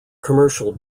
commercial